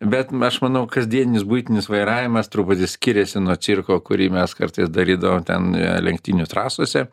bet aš manau kasdieninis buitinis vairavimas truputį skiriasi nuo cirko kurį mes kartais darydavom ten lenktynių trasose